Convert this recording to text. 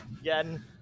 Again